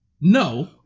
No